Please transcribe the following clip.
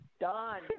done